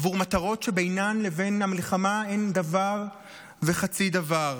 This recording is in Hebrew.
עבור מטרות שבינן לבין המלחמה אין דבר וחצי דבר.